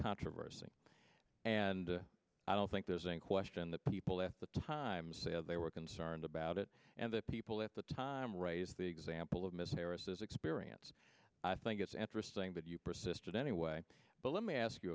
controversy and i don't think there's any question that people at the time said they were concerned about it and the people at the time raise the example of ms harris's experience i think it's interesting that you persisted anyway but let me ask you